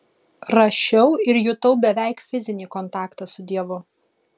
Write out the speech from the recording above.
rašiau ir jutau beveik fizinį kontaktą su dievu